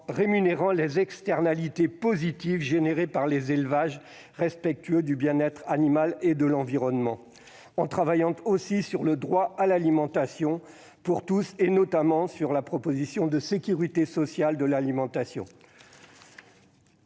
en rémunérant les externalités positives générées par les élevages respectueux du bien-être animal et de l'environnement et en travaillant sur le droit à l'alimentation pour tous, en particulier sur la proposition de sécurité sociale de l'alimentation.